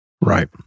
Right